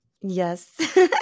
Yes